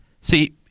see